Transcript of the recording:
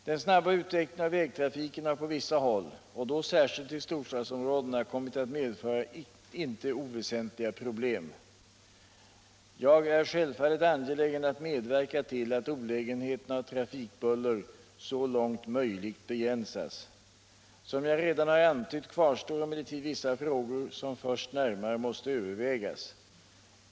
Den snabba utvecklingen av vägtrafiken har på vissa håll och då särskilt i storstadsområdena kommit att medföra inte oväsentliga problem. Jag är självfallet angelägen att medverka till att olägenheterna av trafikbuller så långt möjligt begränsas. Som jag redan har antytt kvarstår emellertid vissa frågor som först närmare måste övervägas.